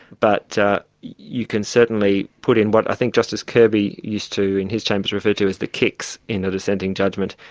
but you can certainly put in what i think justice kirby used to, in his chambers, refer to as the kicks in the dissenting judgment,